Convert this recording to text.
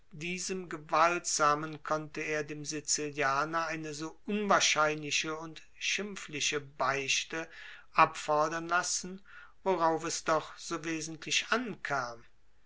diesem gewaltsamen konnte er dem sizilianer eine so unwahrscheinliche und schimpfliche beichte abfordern lassen worauf es doch so wesentlich ankam